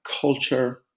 culture